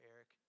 Eric